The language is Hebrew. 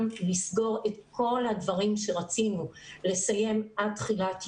לסגור את כל הדברים שרצינו לסיים עד תחילת יולי,